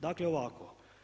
Dakle ovako.